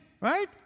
Right